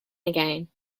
again